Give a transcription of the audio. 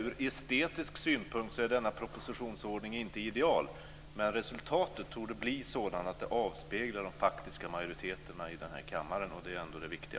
Ur estetisk synpunkt är denna propositionsordning inte idealisk, men resultatet torde bli sådant att det avspeglar de faktiska majoriteterna i den här kammaren. Det är ändå det viktiga.